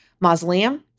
mausoleum